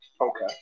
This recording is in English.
Okay